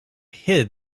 hid